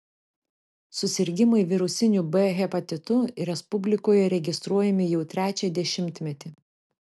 susirgimai virusiniu b hepatitu respublikoje registruojami jau trečią dešimtmetį